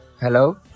Hello